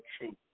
truth